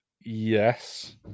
Yes